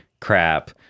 crap